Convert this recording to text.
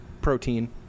protein